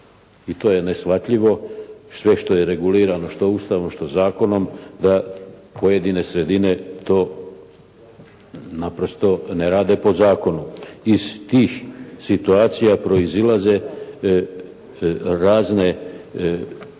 i to je neshvatljivo. Sve što je regulirano što Ustavom, što zakonom da pojedine sredine to naprosto ne rade po zakonu. Iz tih situacija proizlaze razni